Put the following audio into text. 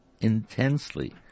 intensely